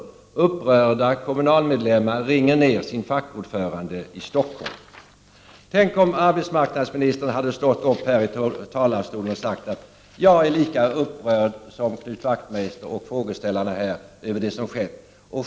Upprörda kommunalmedlemmar ringer ned sin fackordförande i Stockholm.” Tänk om arbetsmarknadsmnistern hade stått upp här i talarstolen och sagt: Jag är lika upprörd som Knut Wachtmeister och frågeställarna här över det som skett.